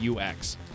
UX